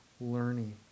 learning